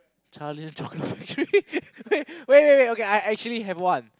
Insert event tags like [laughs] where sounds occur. Charlie and chocolate factory [laughs] wait wait wait okay I actually have one